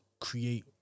create